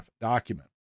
document